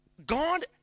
God